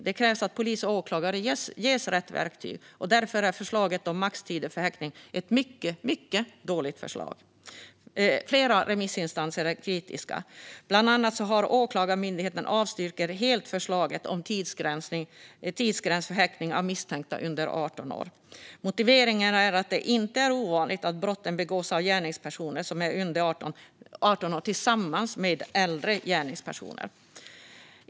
Det krävs att polis och åklagare ges rätt verktyg, och därför är förslaget om maxtider för häktning ett mycket dåligt förslag. Flera remissinstanser är kritiska. Bland annat Åklagarmyndigheten avstyrker helt förslaget om en tidsgräns för häktning av misstänkta under 18 års ålder. Motiveringen är att det inte är ovanligt att brotten begås av gärningspersoner som är under 18 år tillsammans med äldre gärningspersoner.